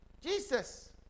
Jesus